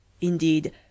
Indeed